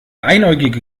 einäugige